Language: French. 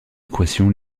équation